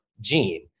gene